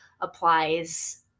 applies